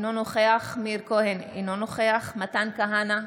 אינו נוכח מאיר כהן, אינו נוכח מתן כהנא,